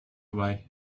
away